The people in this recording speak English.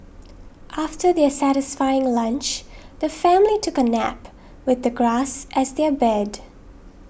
after their satisfying lunch the family took a nap with the grass as their bed